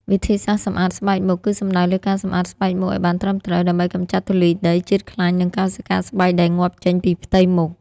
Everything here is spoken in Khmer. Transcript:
វិធីសាស្ត្រសម្អាតស្បែកមុខ គឺសំដៅលើការសម្អាតស្បែកមុខឱ្យបានត្រឹមត្រូវ ដើម្បីកម្ចាត់ធូលីដី ជាតិខ្លាញ់ និងកោសិកាស្បែកដែលងាប់ចេញពីផ្ទៃមុខ។